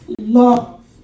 love